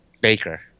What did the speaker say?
Baker